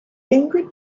ingrid